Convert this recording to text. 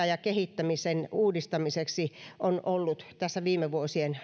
ja uudistamiseksi on ollut tässä viime vuosien